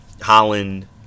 Holland